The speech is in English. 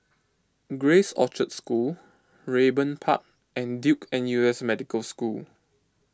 Grace Orchard School Raeburn Park and Duke N U S Medical School